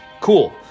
cool